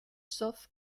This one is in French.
sauf